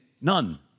none